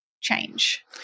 change